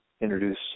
introduce